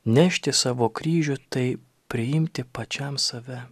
nešti savo kryžių tai priimti pačiam save